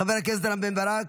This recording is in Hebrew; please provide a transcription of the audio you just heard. חבר הכנסת רם בן ברק,